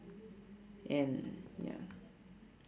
and ya